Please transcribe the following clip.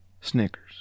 Snickers